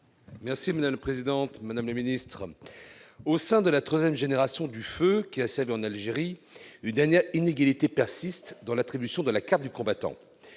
est à M. Philippe Mouiller. Au sein de la troisième génération du feu, qui a servi en Algérie, une dernière inégalité persiste dans l'attribution de la carte du combattant.